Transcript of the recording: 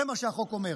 זה מה שהחוק אומר.